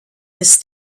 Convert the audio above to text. his